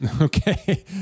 Okay